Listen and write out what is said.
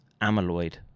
amyloid